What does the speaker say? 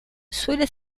suele